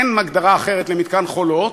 אין הגדרה אחרת למתקן "חולות"